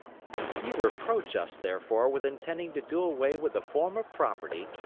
you reproach us, therefore, with intending to do away with a form of property,